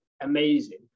amazing